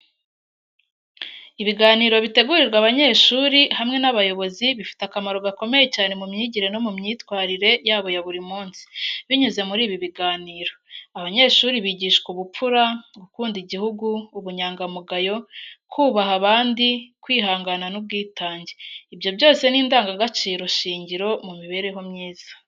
Ibiganiro bitegurirwa abanyeshuri hamwe n’abayobozi bifite akamaro gakomeye cyane mu myigire no mu myitwarire yabo ya buri munsi. Binyuze muri ibi biganiro, abanyeshuri bigishwa ubupfura, gukunda igihugu, ubunyangamugayo, kubaha abandi, kwihangana n’ubwitange, ibyo byose ni indangagaciro shingiro mu mibereho myiza.